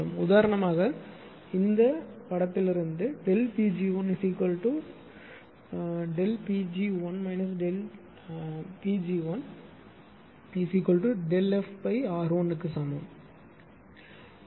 உதாரணமாக இந்த உருவத்திலிருந்து Pg1 Pg1 Pg1 FR1க்கு சமம் என்று சொன்னேன்